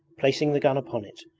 placing the gun upon it,